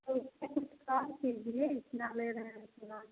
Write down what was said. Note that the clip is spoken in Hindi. तो उसमें कुछ कम कीजिए इतना ले रहे हैं समान